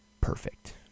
perfect